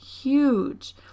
huge